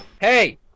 Hey